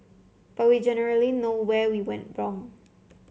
but we generally know where we went wrong